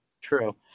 True